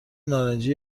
نارنجی